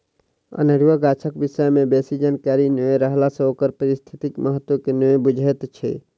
अनेरुआ गाछक विषय मे बेसी जानकारी नै रहला सँ ओकर पारिस्थितिक महत्व के नै बुझैत छी